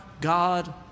God